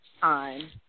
time